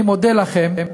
אני מודה לכם,